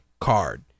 card